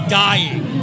dying